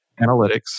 analytics